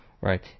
Right